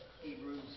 Hebrews